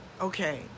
Okay